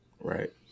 right